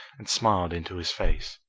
and smiled into his face.